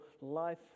life